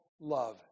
love